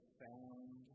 found